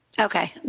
Okay